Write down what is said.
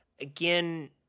again